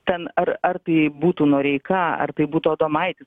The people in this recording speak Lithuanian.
ten ar ar tai būtų noreika ar tai būtų adomaitis